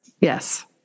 Yes